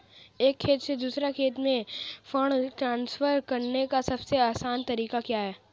एक खाते से दूसरे खाते में फंड ट्रांसफर करने का सबसे आसान तरीका क्या है?